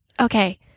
okay